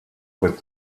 with